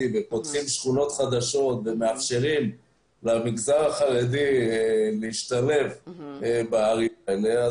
ופותחים שכונות חדשות ומאפשרים למגזר החרדי להשתלב בערים האלה,